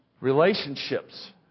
relationships